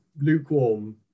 lukewarm